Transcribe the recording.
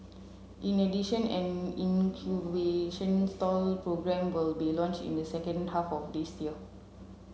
in addition an incubation stall programme will be launch in the second half of this year